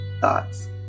thoughts